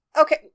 Okay